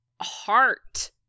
heart